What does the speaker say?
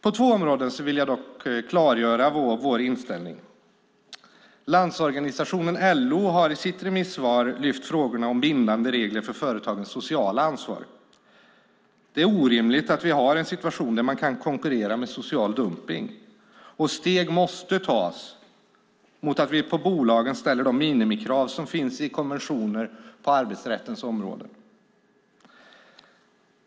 På två områden vill vi dock klargöra vår inställning. Landsorganisationen, LO, har i sitt remissvar lyft fram frågorna om bindande regler för företagens sociala ansvar. Det är orimligt att vi har en situation där man kan konkurrera med social dumpning. Steg måste tas mot att vi på bolagen ställer de minimikrav som finns i konventioner på arbetsrättens område.